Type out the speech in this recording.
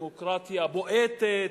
דמוקרטיה בועטת,